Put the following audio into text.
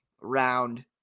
round